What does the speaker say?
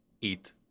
eat